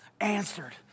answered